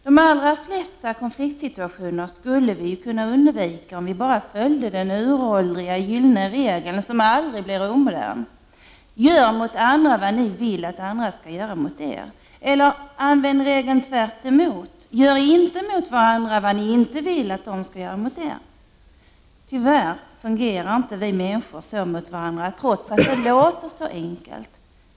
De allra flesta konfliktsituationer skulle vi kunna undvika om vi bara följde den uråldriga gyllene regel som aldrig blir omodern: Gör mot andra vad ni vill att andra skall göra mot er. Eller använd regeln tvärtom! Gör inte mot varandra vad ni inte vill att andra skall göra mot er. Trots att detta låter så enkelt fungerar vi människor tyvärr inte så mot varandra.